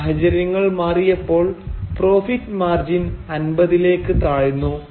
സാഹചര്യങ്ങൾ മാറിയപ്പോൾ profit margin 50 ലേക്ക് താഴ്ന്നു